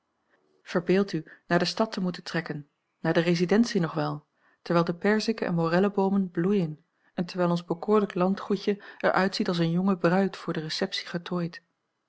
verbeeldt u naar de stad te moeten trekken naar de residentie nog wel terwijl de perzike en morelleboomen bloeien en terwijl ons bekoorlijk landgoedje er uitziet als een jonge bruid voor de receptie getooid